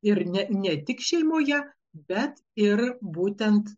ir ne ne tik šeimoje bet ir būtent